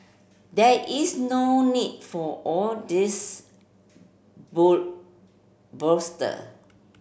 there is no need for all this